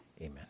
Amen